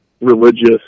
religious